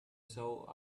show